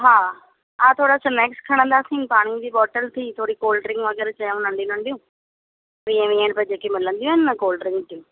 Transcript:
हा हा थोरा स्नैक्स खणंदासीं पाणी जी बॉटल्स थी थोरी कोल्ड ड्रिंक्स वग़ैरह आहे नंढियूं नढियूं वीहे वीहे रुपये जेके मिलंदियूं आहिनि न कोल्ड ड्रिंक्स